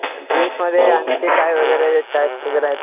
ड्रिंक्समध्ये आणखी काय वगैरे टाईप्स वगैरे आहेत